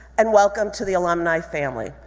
and welcome to the alumni family.